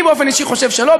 אני באופן אישי חושב שלא,